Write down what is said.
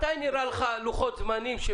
מתי נראה לך לוחות זמנים,